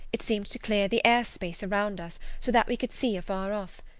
it seemed to clear the air-space around us so that we could see afar off.